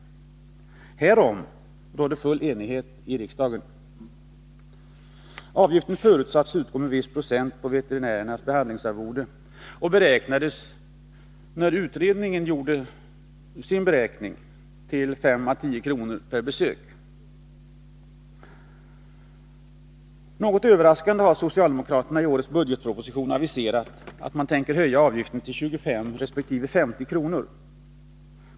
Härom rådde full enighet i riksdagen. Avgiften förutsattes utgå med en viss procentandel på veterinärens behandlingsarvode och beräknades, vid tidpunkten för den aktuella utredningens förslag, uppgå till 5 å 10 kr. per besök. Något överraskande har socialdemokraterna i årets budgetproposition aviserat att man tänker höja avgiften till 25 resp. 50 kr.